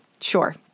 sure